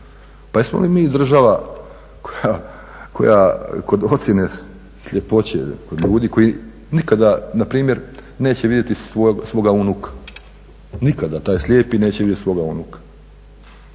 Pa jesmo li mi država koja kod ocjene sljepoće kod ljudi koji nikada npr. neće vidjeti svoga unuka, nikada taj slijepi neće vidjeti svoga unuka,